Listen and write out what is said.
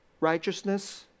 righteousness